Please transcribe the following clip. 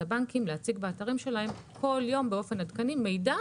הבנקים להציג באתרים שלהם כל יום באופן עדכני מידע